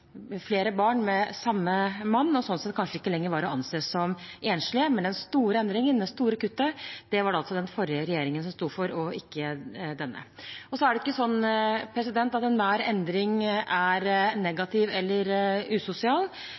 flere barn med samme mann og sånn sett kanskje ikke lenger var å anse som enslige. Men den store endringen, det store kuttet, var det altså den forrige regjeringen som sto for – ikke denne. Så er det ikke slik at enhver endring er negativ eller usosial,